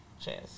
Cheers